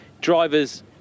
drivers